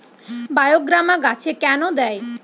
বায়োগ্রামা গাছে কেন দেয়?